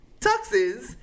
tuxes